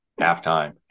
halftime